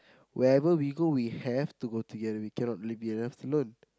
wherever we go we have to go together we cannot leave the other one alone